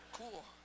cool